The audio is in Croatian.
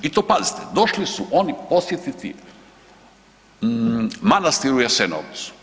I to pazite, došli su oni posjetiti manastir u Jasenovcu.